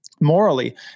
morally